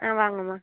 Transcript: ஆ வாங்கம்மா